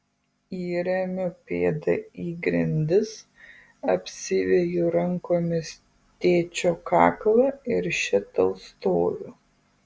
įremiu pėdą į grindis apsiveju rankomis tėčio kaklą ir še tau stoviu